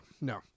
no